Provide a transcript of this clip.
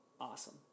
Awesome